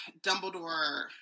Dumbledore